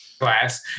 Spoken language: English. class